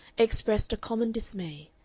expressed a common dismay.